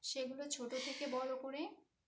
সেগুলো ছোটো থেকে বড়ো করে